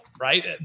Right